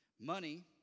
Money